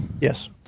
Yes